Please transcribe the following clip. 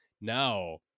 Now